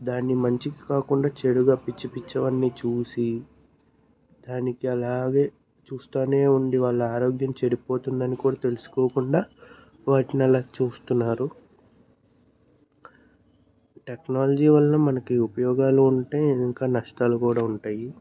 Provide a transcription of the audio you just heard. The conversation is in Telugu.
దాన్ని మంచికి కాకుండా చెడుగా పిచ్చి పిచ్చివన్నీ చూసి దానికి అలాగే చూస్తూనే ఉండి వాళ్ళ ఆరోగ్యం చెడిపోతుందని కూడా తెలుసుకోకుండా వాటిని అలా చూస్తున్నారు టెక్నాలజీ వల్ల మనకి ఉపయోగాలు ఉంటాయి ఉంటే ఇంకా నష్టాలు కూడా ఉంటాయి